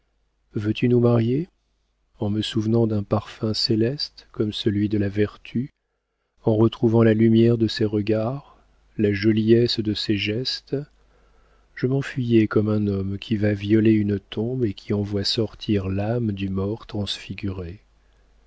dis veux-tu nous marier en me souvenant d'un parfum céleste comme celui de la vertu en retrouvant la lumière de ses regards la joliesse de ses gestes je m'enfuyais comme un homme qui va violer une tombe et qui en voit sortir l'âme du mort